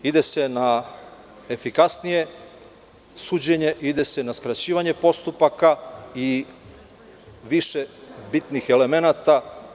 Ide se na efikasnije suđenje, na skraćivanje postupaka i više bitnih elemenata.